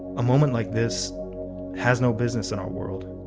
a moment like this has no business in our world